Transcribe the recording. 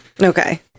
Okay